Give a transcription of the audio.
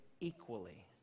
equally